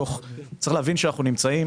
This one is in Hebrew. צריך להבין שאנחנו נמצאים